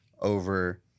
over